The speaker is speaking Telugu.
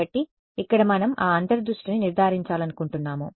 కాబట్టి ఇక్కడ మనం ఆ అంతర్ దృష్టిని నిర్ధారించాలనుకుంటున్నాము